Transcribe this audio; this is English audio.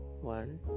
one